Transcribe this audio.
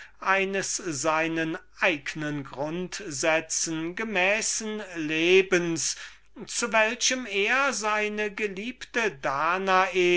eines seinen eignen grundsätzen gemäßen lebens zu welchem er seine geliebte danae